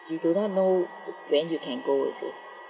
you do not know when you can go you see